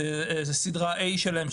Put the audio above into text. את סדרה A שלהם,